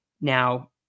Now